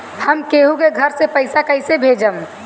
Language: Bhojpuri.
हम केहु के घर से पैसा कैइसे भेजम?